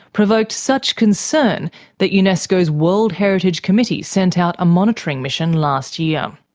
provoked such concern that unesco's world heritage committee sent out a monitoring mission last year. um